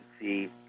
see